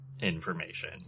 information